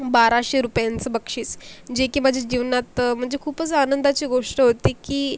बाराशे रुपयांचं बक्षीस जे की माझ्या जीवनात म्हणजे खूपच आनंदाची गोष्ट होती की